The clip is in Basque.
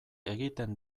egiten